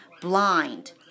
blind